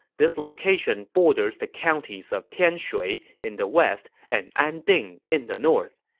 this location borders the counties of tianshui in the west and anding in the north.